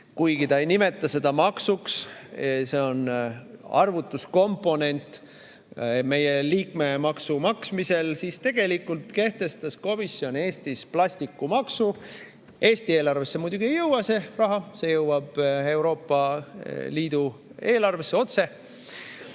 ta küll ei nimeta seda maksuks, see on arvutuskomponent meie liikmemaksu maksmisel –, siis tegelikult kehtestas komisjon Eestis plastikumaksu. Eesti eelarvesse muidugi ei jõua see raha, see jõuab otse Euroopa Liidu eelarvesse.